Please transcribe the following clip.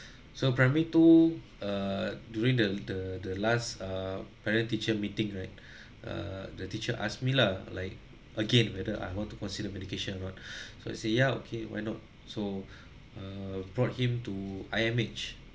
so primary two err during the the the last err parent teacher meeting right err the teacher ask me lah like again whether I want to consider medication or not so I say ya okay why not so err brought him to I_M_H